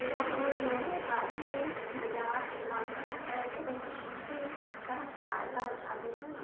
यहाँ उन लोगों का भी मज़ाक उड़ाता है जो छुट्टी का फायदा उठाते हैं